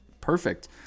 perfect